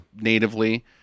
natively